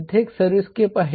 तेथे एक सर्व्हिसस्केप आहे